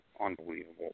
unbelievable